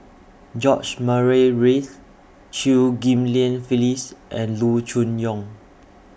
George Murray Reith Chew Ghim Lian Phyllis and Loo Choon Yong